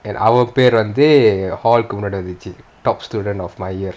அவன் பெரு வந்து:avan peru vanthu hall கு முன்னாடி வந்துச்சி:ku munaadi vanthuchi top student of my year